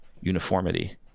uniformity